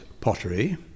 pottery